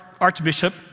Archbishop